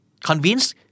convince